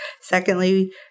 Secondly